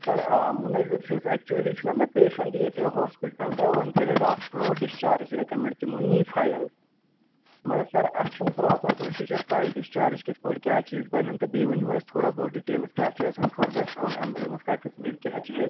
سَر آ مُنظر چھُس اٮ۪کچُلی چھُ نا مےٚ پیشٮ۪نٛٹ ییٚتہِ ہاسپِٹل تہٕ وۄنۍ کریو ڈاکٹرو ڈِسچارج رِکَمٮ۪نٛڈ تِمو نی فایل مگر سَر اَسہِ چھُنہٕ پرٛوپَر پرٛوسیٖجَر پَے ڈِسچارج کِتھ پٲٹھۍ کیٛاہ چیٖز بَنن تہٕ بیٚیہِ ؤنِو اَسہِ تھوڑا بہت ڈِٹیلٕز کیٛاہ چھِ اَسہِ وۄنۍ فٔردَر کَرُن اٮ۪مبولٮ۪نٕس کَتتھٮ۪س میلہِ کیٛاہ چیٖز